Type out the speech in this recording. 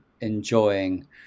enjoying